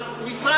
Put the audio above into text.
השר,